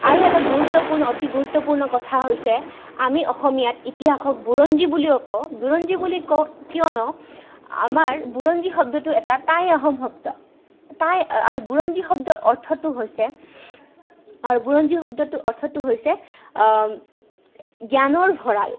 আৰু এটা গুৰুত্বপূৰ্ণ অতি গুৰুত্বপূৰ্ণ কথা হৈছে আমি অসমীয়াত ইতিহাসক বুৰঞ্জী বুলিও কওঁ বুৰঞ্জী বুলি কওঁ কিয়নো আমাৰ বুৰঞ্জী শব্দটো এটা টাই আহোম শব্দ টাই আৰু বুৰঞ্জী শব্দৰ অৰ্থটো হৈছে আৰু বুৰঞ্জী শব্দটোৰ অৰ্থটো হৈছে জ্ঞানৰ ভঁৰাল